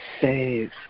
save